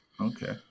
Okay